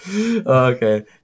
Okay